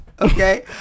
Okay